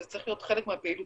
זה צריך להיות חלק מהפעילות,